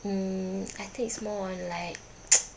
mm I think it's more on like